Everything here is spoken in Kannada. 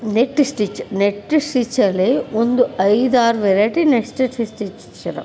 ನೆಟ್ ಸ್ಟಿಚ್ ನೆಟ್ ಸ್ಟಿಚ್ಚಲ್ಲಿ ಒಂದು ಐದಾರು ವೆರೈಟಿ ನೆಟ್ ಸ್ಟಿಚ್ಚಸ್ ಸ್ಟಿಚ್ ಇದಾವ್